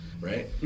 right